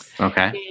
Okay